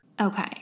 Okay